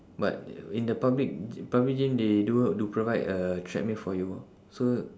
but in the public g~ public gym they do do provide a treadmill for you [what] so